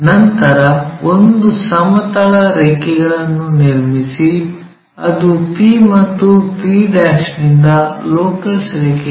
ನಂತರ ಒಂದು ಸಮತಲ ರೇಖೆಗಳನ್ನು ನಿರ್ಮಿಸಿ ಅದು p ಮತ್ತು p' ನಿಂದ ಲೊಕಸ್ ರೇಖೆಗಳು